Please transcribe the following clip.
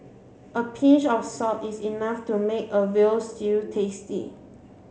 a pinch of salt is enough to make a veal stew tasty